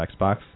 Xbox